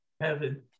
heaven